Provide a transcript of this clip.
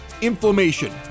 inflammation